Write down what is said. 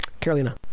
Carolina